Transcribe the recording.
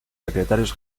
secretarios